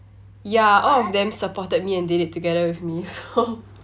ya all of them supported me and did it together with me so